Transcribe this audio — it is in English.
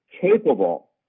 capable